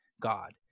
God